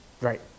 right